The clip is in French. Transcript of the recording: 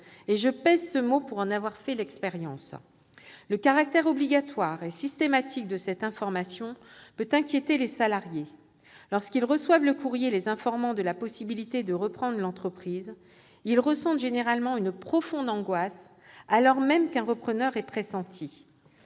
je pèse ce mot pour en avoir fait l'expérience ! Le caractère obligatoire et systématique de cette information peut inquiéter les salariés : lorsqu'ils reçoivent le courrier les informant de la possibilité de reprendre l'entreprise, ils ressentent généralement une profonde angoisse, et ce même lorsqu'un repreneur est pressenti.